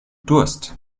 durst